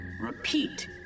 Repeat